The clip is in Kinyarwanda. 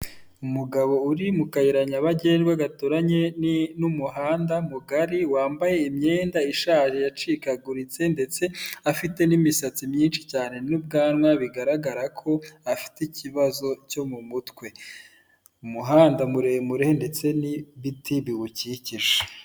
Umugabo uri mu kayira nyabagendwa gaturanye n'umuhanda mugari, wambaye imyenda ishaje yacikaguritse ndetse afite n'imisatsi myinshi cyane n'ubwanwa, bigaragara ko afite ikibazo cyo mu mutwe, umuhanda muremure ndetse n'ibiti biwukikije.